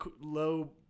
low